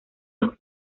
los